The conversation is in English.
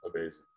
amazing